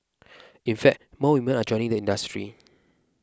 in fact more women are joining the industry